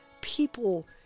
people